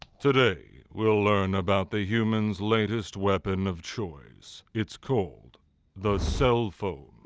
today, we'll learn about the human's latest weapon of choice it's called the cellphone